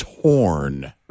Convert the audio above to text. torn